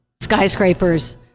skyscrapers